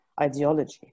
ideology